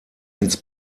ins